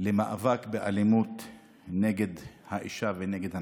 למאבק באלימות נגד האישה ונגד הנשים.